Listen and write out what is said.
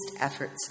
efforts